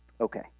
Okay